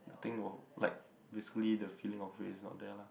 the thing of like basically the feeling of weight is not there lah